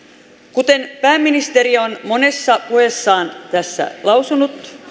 kuten pääministeri on monessa puheessaan tässä lausunut